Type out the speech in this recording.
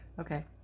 Okay